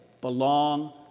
belong